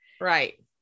Right